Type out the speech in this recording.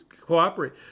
cooperate